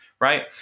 Right